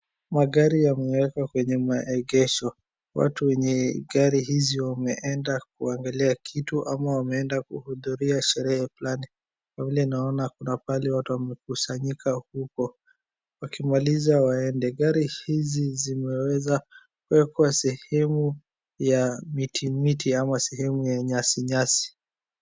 Magari yamewekwa kwenye maegesho. Watu wenye gari hizi wameenda kuangalia kitu ama wameenda kuhudhuria sherehe fulani, kwa vile naona kuna pahali watu wamekusanyika huko. Wakimaliza waende. Gari hizi zimeweza kuwekwa sehemu ya mitimiti ama sehemu ya nyasinyasi.